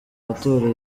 matora